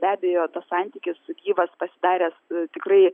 be abejo tas santykis gyvas pasitarė tikrai